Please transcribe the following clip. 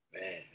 Man